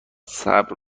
صبر